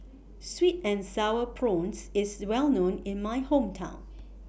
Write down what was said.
Sweet and Sour Prawns IS Well known in My Hometown